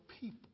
people